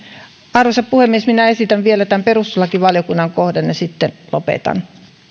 arvoisa puhemies minä esitän vielä tämän perustuslakivaliokunnan kohdan ja sitten lopetan